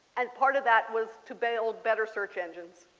and part of that was to build better search engines